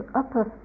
upper